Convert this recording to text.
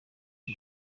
y’u